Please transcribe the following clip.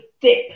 dip